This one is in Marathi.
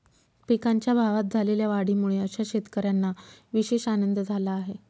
पिकांच्या भावात झालेल्या वाढीमुळे अशा शेतकऱ्यांना विशेष आनंद झाला आहे